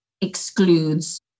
excludes